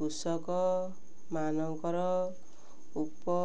କୃଷକମାନଙ୍କର ଉପ